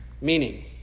meaning